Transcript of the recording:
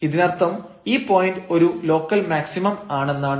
ഇതിനർത്ഥം ഈ പോയന്റ് ഒരു ലോക്കൽ മാക്സിമം ആണെന്നാണ്